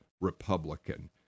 Republican